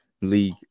League